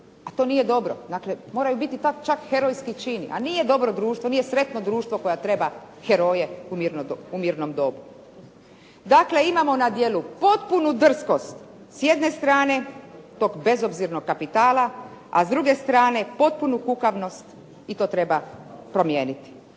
a to nije dobro. Dakle, moraju biti čak herojski čini, a nije dobro društvo, nije sretno društvo koje treba heroje u mirnom dobu. Dakle, imamo na djelu potpunu drskost s jedne strane, tog bezobzirnog kapitala, a s druge strane potpunu kukavnost i to treba promijeniti.